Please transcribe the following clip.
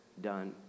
done